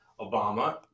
Obama